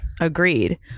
Agreed